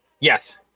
Yes